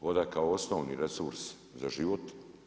Voda kao osnovni resurs za život.